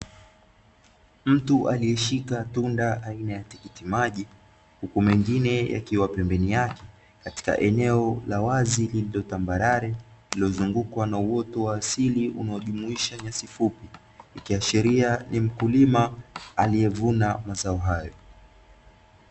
Mtu aliyeshika tunda aina ya tikiti maji, huku mengine yakiwa pembeni yake katika eneo la wazi lililo tambalale, lililozungukwa na uoto wa asili unaojumuisha nyasi fupi ikiashiria ni mkulima aliyevuna mazao hayo.